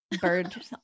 bird